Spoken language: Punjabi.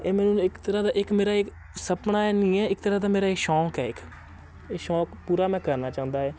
ਇਹ ਮੈਨੂੰ ਇੱਕ ਤਰ੍ਹਾਂ ਦਾ ਇੱਕ ਮੇਰਾ ਇਹ ਸੁਪਨਾ ਨਹੀਂ ਹੈ ਇੱਕ ਤਰ੍ਹਾਂ ਦਾ ਮੇਰਾ ਇਹ ਸ਼ੌਂਕ ਹੈ ਇੱਕ ਇਹ ਸ਼ੌਂਕ ਪੂਰਾ ਮੈਂ ਕਰਨਾ ਚਾਹੁੰਦਾ ਹੈ